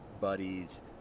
buddies